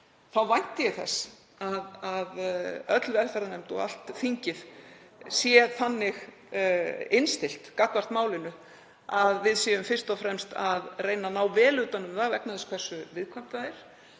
vænti ég þess að öll velferðarnefnd og allt þingið sé þannig innstillt gagnvart málinu að við séum fyrst og fremst að reyna að ná vel utan um það vegna þess hversu viðkvæmt það er